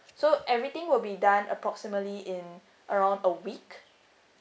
so everything will be done approximately in around a week